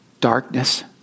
darkness